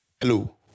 Hello